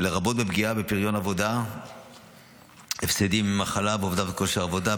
לרבות בפגיעה בפריון העבודה הפסדים ממחלה ואובדן בכושר עבודה,